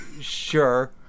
Sure